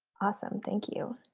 awesome, thank you.